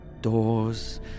doors